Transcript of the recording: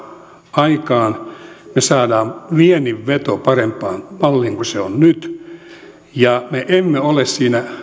aikaan me saamme viennin vedon parempaan malliin kuin se on nyt ja me emme ole siinä